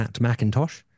Macintosh